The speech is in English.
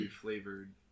flavored